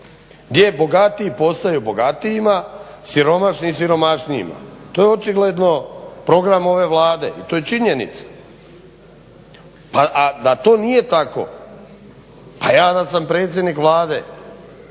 Gdje bogatiji postaju bogatijima, siromašni siromašnijima. To je očigledno program ove Vlade i to je činjenica. A da to nije tako pa ja da sam predsjednik Vlade,